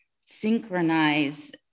synchronize